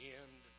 end